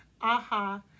aha